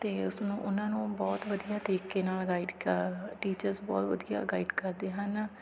ਅਤੇ ਉਸਨੂੰ ਉਹਨਾਂ ਨੂੰ ਬਹੁਤ ਵਧੀਆ ਤਰੀਕੇ ਨਾਲ ਗਾਈਡ ਕਰ ਟੀਚਰਸ ਬਹੁਤ ਵਧੀਆ ਗਾਈਡ ਕਰਦੇ ਹਨ